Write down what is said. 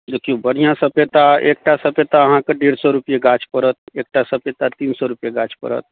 देखियौ बढ़िआँ सपेता एकटा सपेता अहाँके डेढ़ सए रुपैए गाछ पड़त एकटा सपेता तीन सए रुपैए गाछ पड़त